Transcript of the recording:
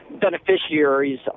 beneficiaries